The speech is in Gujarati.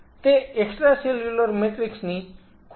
તે એક્સ્ટ્રાસેલ્યુલર મેટ્રિક્સ ની ખૂબ જ ઉત્તમ લાક્ષણીકતા છે